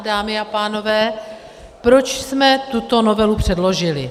Dámy a pánové, proč jsme tuto novelu předložili?